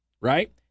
right